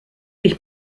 ich